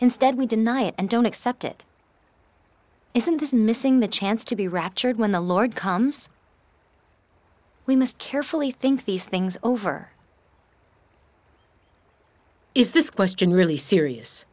instead we deny it and don't accept it isn't dismissing the chance to be raptured when the lord comes we must carefully think these things over is this question really serious